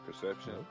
Perception